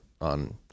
on